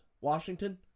Washington